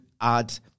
add